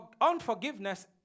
unforgiveness